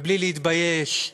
ובלי להתבייש,